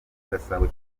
gasabo